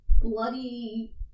bloody